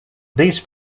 these